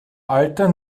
alter